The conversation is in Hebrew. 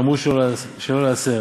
גמרו שלא לעשר,